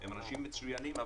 הם אנשים מצוינים.